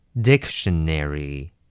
Dictionary